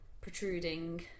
protruding